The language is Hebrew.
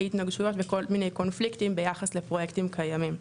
התנגשויות וכל מיני קונפליקטים ביחס לפרויקטים קיימים.